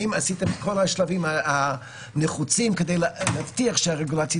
האם עשית את כל השלבים הנחוצים כדי להבטיח שהרגולציה